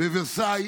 בוורסאי